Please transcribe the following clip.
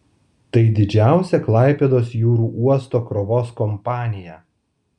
tai didžiausia klaipėdos jūrų uosto krovos kompanija